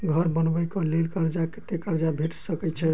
घर बनबे कऽ लेल कर्जा कत्ते कर्जा भेट सकय छई?